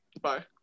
Bye